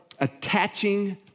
attaching